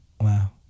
Wow